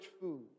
food